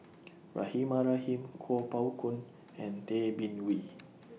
Rahimah Rahim Kuo Pao Kun and Tay Bin Wee